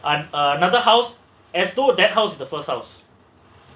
another house as though that house is the first house